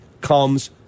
comes